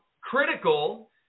critical